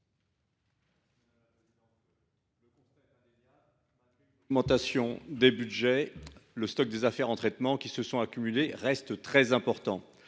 l’augmentation des budgets, le stock des affaires en traitement, qui se sont accumulées, reste très important.